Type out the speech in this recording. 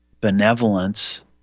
benevolence